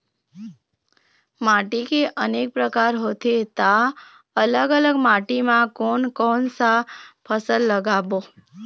माटी के अनेक प्रकार होथे ता अलग अलग माटी मा कोन कौन सा फसल लगाबो?